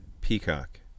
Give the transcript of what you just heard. Peacock